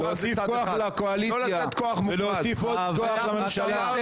להוסיף כוח לקואליציה ולהוסיף עוד כוח לממשלה.